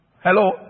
Hello